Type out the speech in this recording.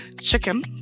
chicken